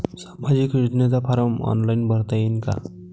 सामाजिक योजनेचा form online भरता येईन का?